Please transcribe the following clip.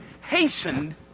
Hastened